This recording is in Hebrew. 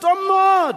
טוב מאוד.